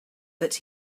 that